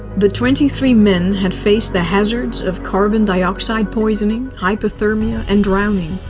the twenty three men had faced the hazards of carbon dioxide poisoning, hypothermia, and drowning.